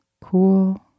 cool